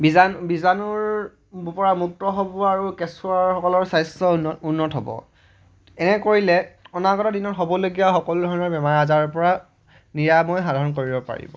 বীজাণুৰ পৰা মুক্ত হ'ব আৰু কেঁচুৱাসকলৰ স্বাস্থ্য উন্নত হ'ব এনে কৰিলে অনাগত দিনত হ'বলগীয়া সকলো ধৰণৰ বেমাৰ আজাৰৰ পৰা নিৰাময় সাধন কৰিব পাৰিব